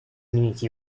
изменить